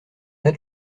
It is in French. tas